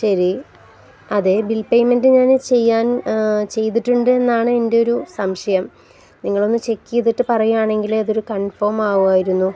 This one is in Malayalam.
ശരി അതെ ബിൽ പേയ്മെന്റ് ഞാന് ചെയ്യാൻ ചെയ്തിട്ടുണ്ടെന്നാണ് എൻ്റെ ഒരു സംശയം നിങ്ങളൊന്ന് ചെക്ക് ചെയ്തിട്ട് പറയുകണെങ്കില് അതൊരു കൺഫേം ആകുമായിരുന്നു